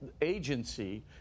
agency